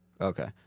Okay